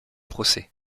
procès